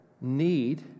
need